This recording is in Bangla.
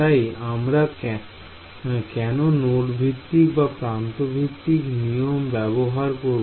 তাই আমরা কেন নোড ভিত্তিক বা প্রান্ত ভিত্তিক নিয়ম ব্যবহার করব